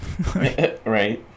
right